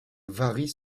varient